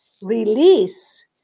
release